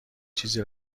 چیزی